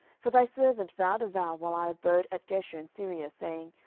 for thy servant vowed a vow while i abode at geshur in syria, saying,